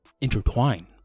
intertwine